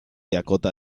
dakota